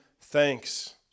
thanks